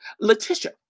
Letitia